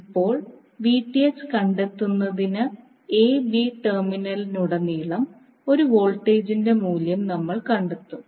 ഇപ്പോൾ കണ്ടെത്തുന്നതിന് a b ടെർമിനലിലുടനീളം ഒരു വോൾട്ടേജിന്റെ മൂല്യം നമ്മൾ കണ്ടെത്തും